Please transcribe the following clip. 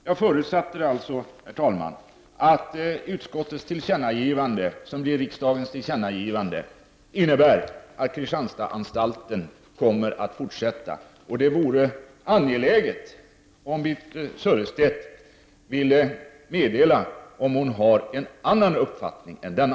Jag förutsätter alltså, herr talman, att utskottets hemställan, som blir ett tillkännagivande från riksdagen till regeringen, innebär att Kristianstadsanstalten kommer att fortsätta. Det vore angeläget om Birthe Sörestedt vill meddela, om hon har en annan uppfattning än denna.